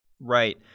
Right